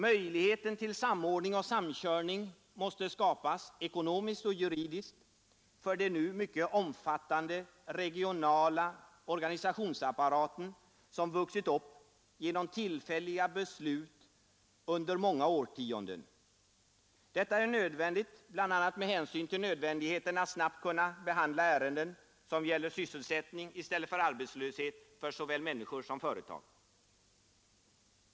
Möjlighet till samordning och samkörning måste skapas ekonomiskt och juridiskt för den nu mycket omfattande regionala organisationsapparat, som vuxit upp genom tillfälliga beslut under många årtionden. Detta är nödvändigt bl.a. med hänsyn till nödvändigheten att snabbt kunna behandla ärenden som gäller sysselsättning i stället för arbetslöshet för såväl människor som företag.